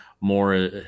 more